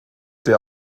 der